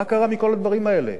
מה קרה מכל הדברים האלה?